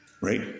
Right